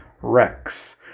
Rex